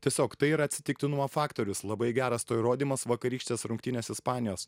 tiesiog tai yra atsitiktinumo faktorius labai geras to įrodymas vakarykštės rungtynės ispanijos